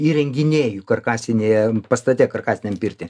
įrenginėju karkasinėje pastate karkasiniam pirtį